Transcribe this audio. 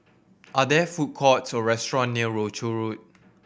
are there food courts or restaurant near Rochor Road